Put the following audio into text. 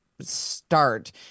start